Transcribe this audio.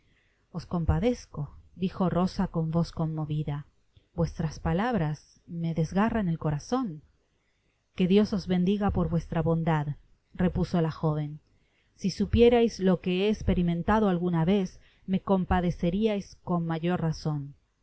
os compadezco dijo rosa con voz conmovida vuestras palabras me desgarran el corazon que diosos bendiga por vuestra bondad repuso la joven si supierais lo que he esperimentado alguna vez me compadeceriais con mayor razon